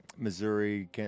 Missouri